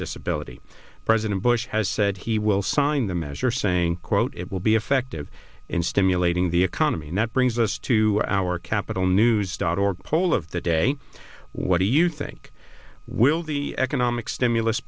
disability president bush has said he will sign the measure saying quote it will be effective in stimulating the economy and that brings us to our capital news dot org poll of the day what do you think will the economic stimulus